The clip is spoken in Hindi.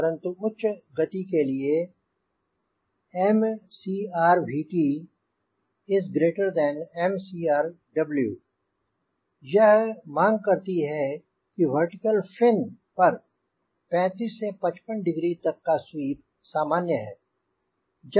परंतु उच्च गति के लिए MCrVT MCr W यह मांँग करती है कि वर्टिकल फिन पर 35 से 55 डिग्री तक का स्वीप सामान्य है